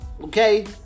Okay